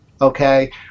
okay